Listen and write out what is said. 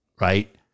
right